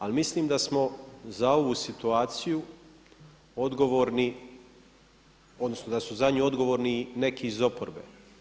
Ali mislim da smo za ovu situaciju odgovorni, da su za nju odgovorni neki iz oporbe.